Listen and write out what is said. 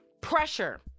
pressure